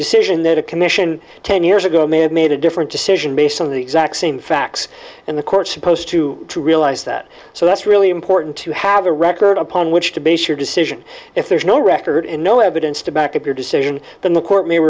decision that a commission ten years ago may have made a different decision based on the exact same facts and the court supposed to realize that so that's really important to have a record upon which to base your decision if there's no record and no evidence to back up your decision than the court may